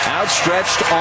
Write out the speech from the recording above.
outstretched